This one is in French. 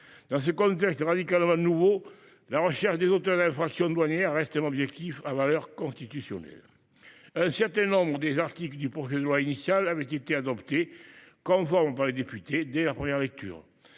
Dans ce contexte radicalement nouveau, la recherche des auteurs d’infractions douanières reste un objectif à valeur constitutionnelle. Un certain nombre des articles du projet de loi initial avaient été adoptés conformes par les députés, dès la première lecture